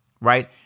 Right